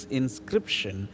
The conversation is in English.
inscription